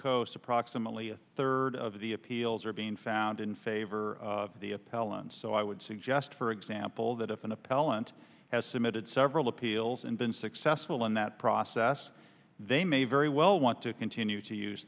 coast approximately a third of the appeals are being found in favor of the appellant so i would suggest for example that if an appellant has submitted several appeals and been successful in that process they may very well want to continue to use